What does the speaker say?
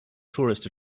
tourist